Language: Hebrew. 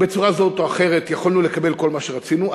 בצורה זאת או אחרת, יכולנו לקבל כל מה שרצינו.